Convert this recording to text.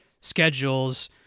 schedules